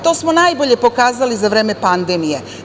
To smo najbolje pokazali za vreme pandemije.